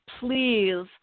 please